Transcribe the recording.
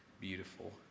beautiful